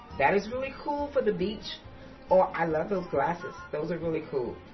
that is really cool for the beach or i love those glasses, those are really cool.